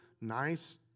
nice